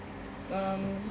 um